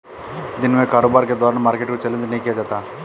दिन में कारोबार के दौरान मार्केट को चैलेंज नहीं किया जाता